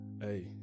hey